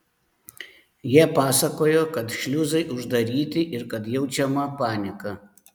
jie pasakojo kad šliuzai uždaryti ir kad jaučiama panika